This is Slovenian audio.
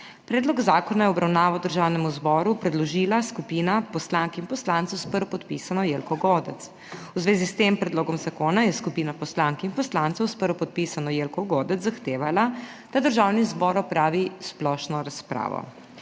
Predlog zakona je v obravnavo Državnemu zboru predložila skupina poslank in poslancev s prvopodpisanim Janezom Ciglerjem Kraljem. V zvezi s tem predlogom zakona je skupina poslank in poslancev s prvopodpisanim mag. Borutom Sajovicem zahtevala, da Državni zbor opravi splošno razpravo.